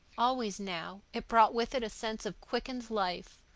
always, now, it brought with it a sense of quickened life,